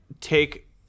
take